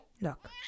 Look